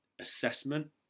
assessment